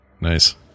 Nice